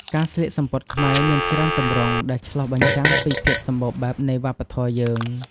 ការស្លៀកសំពត់ខ្មែរមានច្រើនទម្រង់ដែលឆ្លុះបញ្ចាំងពីភាពសម្បូរបែបនៃវប្បធម៌យើង។